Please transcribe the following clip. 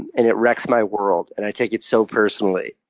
and and it wrecks my world. and i take it so personally.